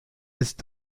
ist